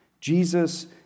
Jesus